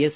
S